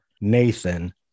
Nathan